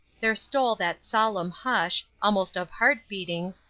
there stole that solemn hush, almost of heart-beatings,